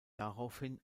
daraufhin